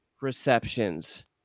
receptions